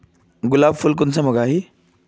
गुलाब फुल कुंसम उगाही?